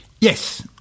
yes